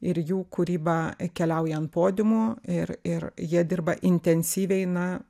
ir jų kūryba keliauja ant podiumo ir ir jie dirba intensyviai na